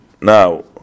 now